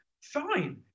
fine